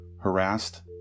harassed